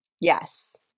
Yes